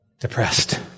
Depressed